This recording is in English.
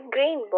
Green